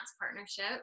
partnership